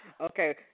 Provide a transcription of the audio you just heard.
Okay